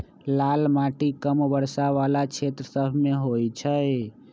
लाल माटि कम वर्षा वला क्षेत्र सभमें होइ छइ